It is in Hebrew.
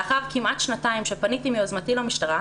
לאחר כמעט שנתיים שפניתי מיוזמתי למשטרה,